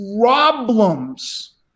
problems